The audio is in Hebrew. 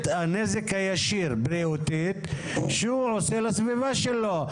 הנזק הישיר בריאותית שהוא עושה לסביבה שלו,